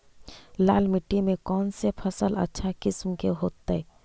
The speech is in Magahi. लाल मिट्टी में कौन से फसल अच्छा किस्म के होतै?